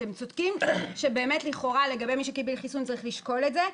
אתם צודקים שלכאורה לגבי מי שקיבל חיסון צריך לשקול את זה.